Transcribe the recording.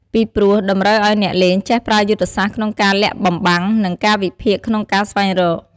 ពីព្រោះ តម្រូវឲ្យអ្នកលេងចេះប្រើយុទ្ធសាស្ត្រក្នុងការលាក់បំបាំង និង ការវិភាគក្នុងការស្វែងរក។